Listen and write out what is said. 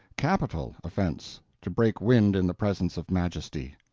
capital offense to break wind in the presence of majesty.